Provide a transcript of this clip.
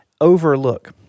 overlook